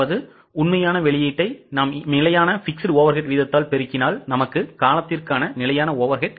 அதனால் உண்மையான வெளியீடு நிலையான fixed overhead வீதம் காலத்திற்கான நிலையான overhead